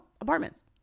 apartments